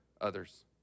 others